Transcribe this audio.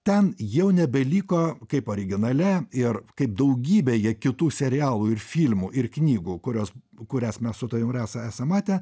ten jau nebeliko kaip originale ir kaip daugybėje kitų serialų ir filmų ir knygų kurios kurias mes su tavim rasa esam matę